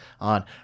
on